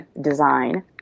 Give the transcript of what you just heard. design